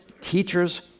teachers